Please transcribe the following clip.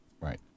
Right